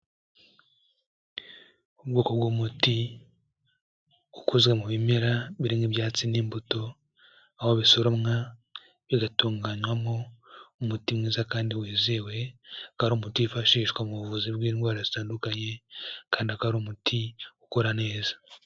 Ubwoko bw'umuti ukozwe mu bimera, birimo ibyatsi n'imbuto, aho bisoromwa bigatunganywamo umuti mwiza kandi wizewe, akaba ari umuti wifashishwa mu buvuzi bw'indwara zitandukanye kandi akaba ari umuti ukora neza.